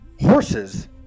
horses